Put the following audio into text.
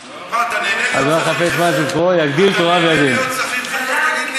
מה, אתה נהנה להיות שכיר חרב?